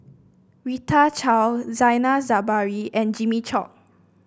Rita Chao Zainal Sapari and Jimmy Chok